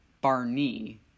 Barney